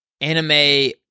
anime